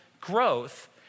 growth